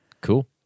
Cool